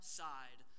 side